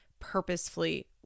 purposefully